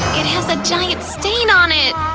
it has a giant stain on it!